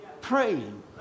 praying